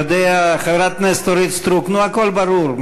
חברת הכנסת אורית סטרוק, הכול ברור.